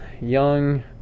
young